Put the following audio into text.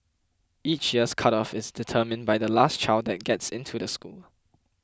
each year's cut off is determined by the last child that gets into the school